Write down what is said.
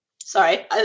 Sorry